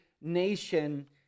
nation